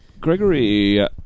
Gregory